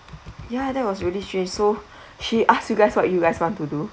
yeah that was really strange so she asked you guys what you guys want to do